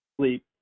sleep